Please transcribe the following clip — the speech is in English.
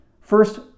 First